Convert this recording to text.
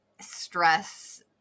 stress